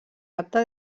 apte